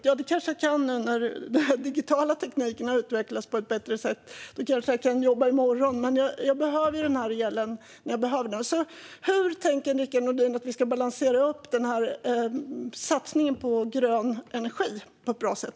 Eller det kanske jag kan nu när den digitala tekniken har blivit mer utvecklad. Då kanske jag kan jobba i morgon, men jag behöver ju elen när jag behöver den. Hur tänker Rickard Nordin att vi ska balansera upp satsningen på grön energi på ett bra sätt?